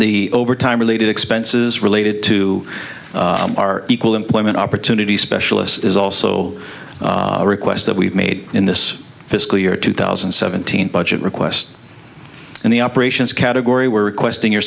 the overtime related expenses related to our equal employment opportunity specialists is also a request that we've made in this fiscal year two thousand and seventeen budget request and the operations category were requesting your